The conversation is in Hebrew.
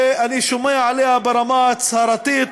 שאני שומע עליה ברמה ההצהרתית,